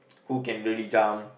who can really jump